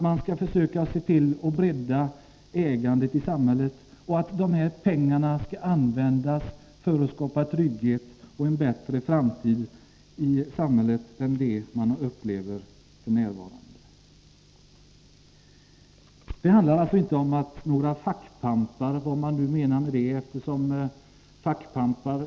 Man skall försöka bredda ägandet i samhället, och de här pengarna skall användas för att skapa trygghet och en bättre framtid. Det handlar alltså inte om att några fackpampar skall sitta och styra — vad man nu menar med fackpampar.